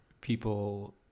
people